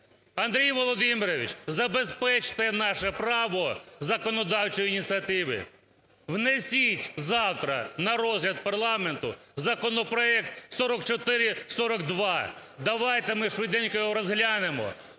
Андрій Володимирович, забезпечте наше право законодавчої ініціативи. Внесіть завтра на розгляд парламенту законопроект 4442. Давайте ми швиденько його розглянемо,